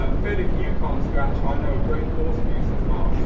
ah phil if you can't scratch, i know a great course for you says mark.